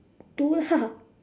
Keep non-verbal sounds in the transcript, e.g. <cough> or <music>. two lah <laughs>